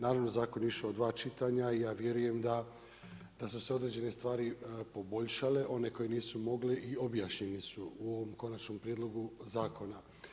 Naravno zakon je išao u dva čitanja i ja vjerujem da su se određene stvari poboljšale, one koje nisu mogle i objašnjene su u ovom konačnom prijedlogu zakona.